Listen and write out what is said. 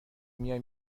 میای